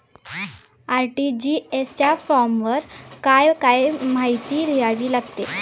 RTGS च्या फॉर्मवर काय काय माहिती लिहावी लागते?